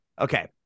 okay